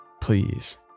Please